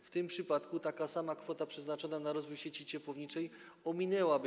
W tym przypadku taka sama kwota przeznaczona na rozwój sieci ciepłowniczej ominęłaby.